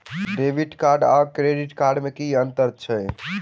Debit card आओर credit card मे की अन्तर छैक?